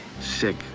Sick